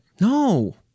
no